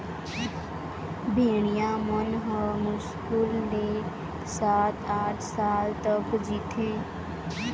भेड़िया मन ह मुस्कुल ले सात, आठ साल तक जीथे